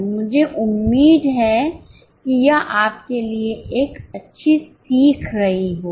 मुझे उम्मीद है कि यह आपके लिए एक अच्छी सीख रही होगी